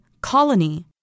Colony